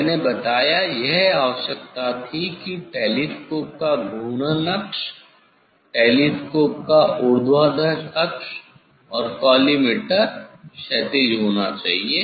मैंने बताया यह आवश्यकता थी कि टेलीस्कोप का घूर्णन अक्ष टेलीस्कोप का ऊर्ध्वाधरअक्ष और कॉलीमटोर क्षैतिज होना चाहिए